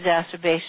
exacerbation